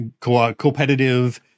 competitive